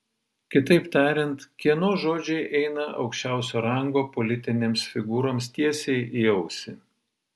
kitaip tariant kieno žodžiai eina aukščiausio rango politinėms figūroms tiesiai į ausį